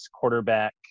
quarterback